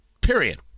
period